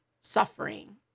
suffering